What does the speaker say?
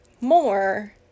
more